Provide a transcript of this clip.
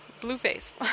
Blueface